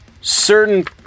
certain